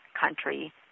country